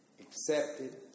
accepted